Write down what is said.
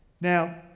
Now